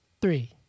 Three